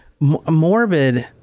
morbid